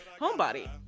Homebody